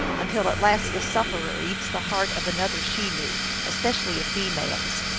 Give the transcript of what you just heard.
until at last the sufferer eats the heart of another chenoo, especially a female s.